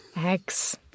Eggs